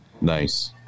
Nice